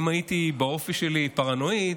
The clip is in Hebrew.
אם הייתי באופי שלי פרנואיד,